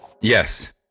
yes